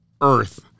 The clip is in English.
Earth